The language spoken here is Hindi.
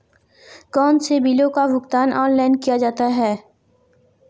कौनसे बिलों का भुगतान ऑनलाइन किया जा सकता है?